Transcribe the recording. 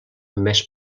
més